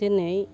दिनै